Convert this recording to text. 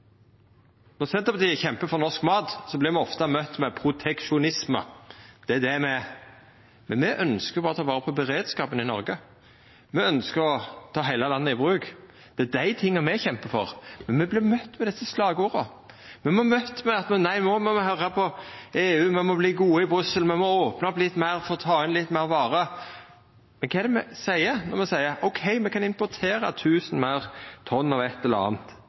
Når Senterpartiet kjempar for norsk mat, vert me ofte med møtt med at me er for proteksjonisme. Men me ønskjer berre å ta vare på beredskapen i Noreg. Me ønskjer å ta heile landet i bruk. Det er dei tinga me kjempar for, men me vert møtt med desse slagorda. Me vert møtt med at nei, no må me høyra på EU, me må verta gode i Brussel, me må opna opp litt meir for å ta inn meir varer. Men kva er det me seier når me seier: OK, me kan importera 1 000 fleire tonn av eit eller anna?